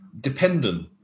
dependent